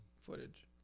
footage